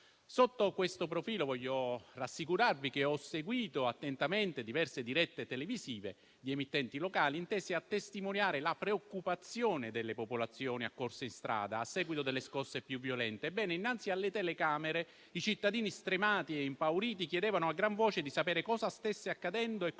Sotto questo profilo, voglio rassicurarvi che ho seguito attentamente diverse dirette televisive di emittenti locali intese a testimoniare la preoccupazione delle popolazioni accorse in strada a seguito delle scosse più violente. Ebbene, innanzi alle telecamere, i cittadini, stremati e impauriti, chiedevano a gran voce di sapere cosa stesse accadendo e come dovessero